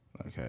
Okay